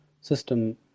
system